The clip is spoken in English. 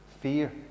fear